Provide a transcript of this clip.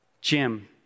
Jim